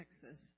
Texas